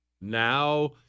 Now